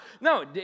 no